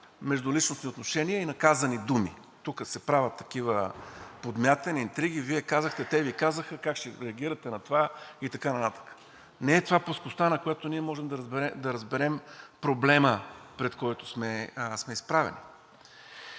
междуличностни отношения и на казани думи. Тук се правят такива подмятания, интриги – Вие казахте, те Ви казаха как ще реагирате на това и така нататък. Не е това плоскостта, на която ние можем да разберем проблема, пред който сме изправени.